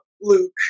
Luke